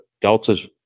Delta's